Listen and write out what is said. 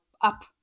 up